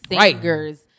singers